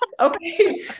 Okay